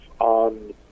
on